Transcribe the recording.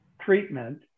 treatment